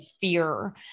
fear